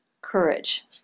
Courage